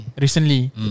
Recently